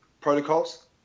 protocols